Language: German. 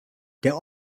der